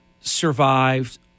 survived